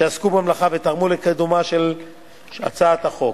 שעסקו במלאכה ותרמו לקידומה של הצעת החוק.